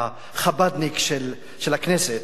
החב"דניק של הכנסת,